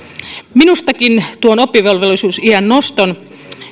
minustakin tuon oppivelvollisuusiän noston